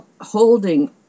holding